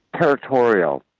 territorial